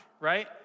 right